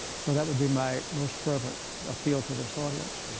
so that would be my most fervent appeal to this audience.